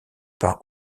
par